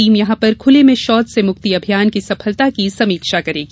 team यहां पर खुले में शौच से मुक्ति अभियान की सफलता की समीक्षा करेगी